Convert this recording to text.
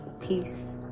Peace